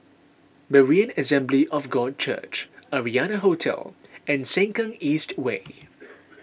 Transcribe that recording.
Berean Assembly of God Church Arianna Hotel and Sengkang East Way